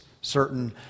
certain